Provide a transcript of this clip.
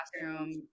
classroom